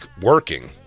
working